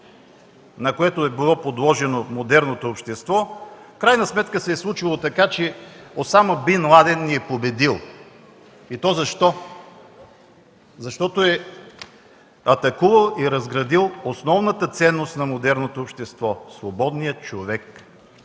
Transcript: на което е било подложено модерното общество, в крайна сметка се е случило така, че Осама бин Ладен ни е победил. И то защо? Защото е атакувал и разградил основната ценност на модерното общество – свободният човек.